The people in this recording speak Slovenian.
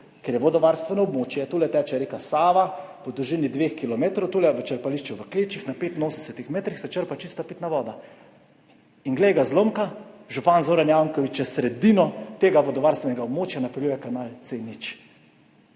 ker je vodovarstveno območje. Tu teče reka Sava v dolžini dveh kilometrov, tu v črpališču v Klečah se na 85 metrih črpa čista pitna voda. In glej ga zlomka, župan Zoran Janković čez sredino tega vodovarstvenega območja napeljuje kanal C0.